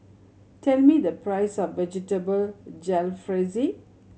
tell me the price of Vegetable Jalfrezi